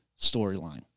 storyline